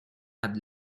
had